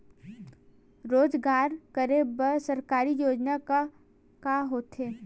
रोजगार करे बर सरकारी योजना का का होथे?